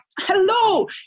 hello